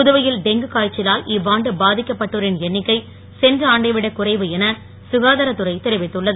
புதுவையில் டெங்கு காய்ச்சலால் இவ்வாண்டு பாதிக்கப்பட்டோரின் எண்ணிக்கை சென்ற ஆண்டைவிட குறைவு என சுகாதாரத்துறை தெரிவித்துள்ளது